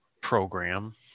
program